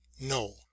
no